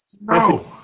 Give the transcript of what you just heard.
No